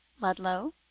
Ludlow